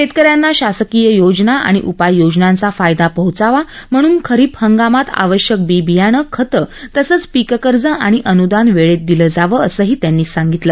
शेतकऱ्यांना शासकीय योजना आणि उपाययोजनांचा फायदा पोहचावा म्हणून खरिप हंगामात आवश्यक बी बियाणं खतं तसंच पिक कर्ज आणि अनुदान वेळेत दिलं जावं असंही त्यांनी स्पष्ट केलं